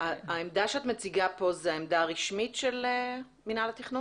העמדה שאת מציגה כאן היא העמדה הרשמית של מינהל התכנון?